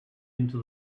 into